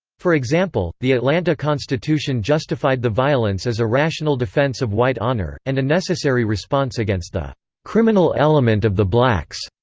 for example, the atlanta constitution justified the violence as a rational defense of white honor, and a necessary response against the criminal element of the blacks,